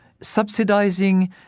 subsidizing